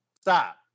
Stop